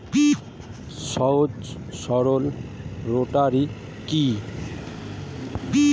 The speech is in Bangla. সহজ সরল রোটারি কি?